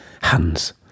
hands